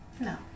No